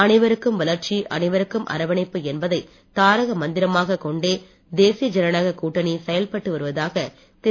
அனைவருக்கும் வளர்ச்சி அனைவருக்கும் அரவணைப்பு என்பதை தாரக மந்திரமாகக் கொண்டே தேசிய ஜனநாயக கூட்டணி செயல்பட்டு வருவதாக திரு